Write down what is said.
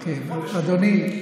אדוני.